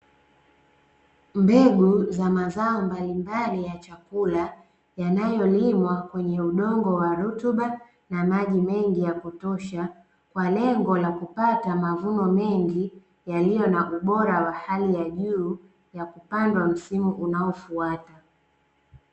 Mbegu za mazao mbalimbali ya chakula yanayolimwa kwenye udongo wa rutuba na maji mengi ya kutosha kwa lengo la kupata mavuno mengi yaliyo na ubora wa hali ya juu ya kupandwa msimu unaofuata.